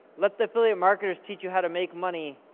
let the affiliate marketers teach you how to make money,